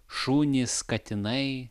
šunys katinai